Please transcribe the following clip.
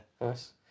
Nice